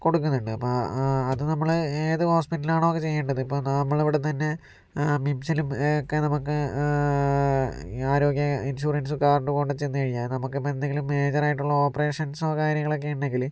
കൊടുക്കുന്നുണ്ട് അപ്പോൾ അത് നമ്മള് ഏത് ഹോസ്പിറ്റലിലാണോ ചെയ്യേണ്ടത് ഇപ്പോൾ നമ്മളിവിടുന്ന് തന്നെ മിംസിലും ഒക്കെ നമുക്ക് ആരോഗ്യ ഇൻഷുറൻസ് കാർഡ് കൊണ്ട് ചെന്നു കഴിഞ്ഞാൽ നമുക്കിപ്പോൾ എന്തെങ്കിലും മേജറായിട്ടുള്ള ഓപ്പറേഷൻസോ കാര്യങ്ങളൊക്കെ ഉണ്ടെങ്കിൽ